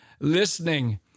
listening